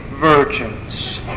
virgins